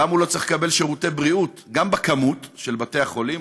למה הוא לא צריך לקבל שירותי בריאות גם במספר בתי החולים,